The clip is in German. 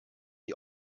die